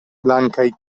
blankaj